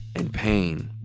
and pain,